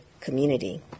community